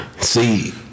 See